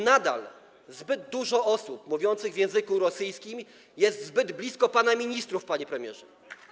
Nadal zbyt dużo osób mówiących w języku rosyjskim jest zbyt blisko pana ministrów, panie premierze.